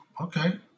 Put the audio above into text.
Okay